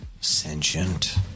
sentient